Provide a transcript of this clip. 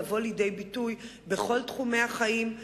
לבוא לידי ביטוי בכל תחומי החיים,